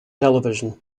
television